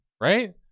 right